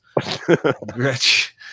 Gretch